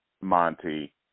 Monty